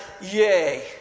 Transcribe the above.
yay